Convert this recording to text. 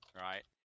right